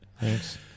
thanks